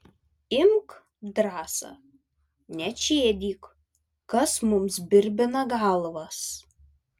imk drąsa nečėdyk kas mums birbina galvas